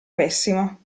pessimo